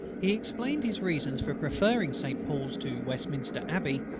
he explained his reasons for preferring saint paul's to westminster abbey,